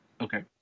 Okay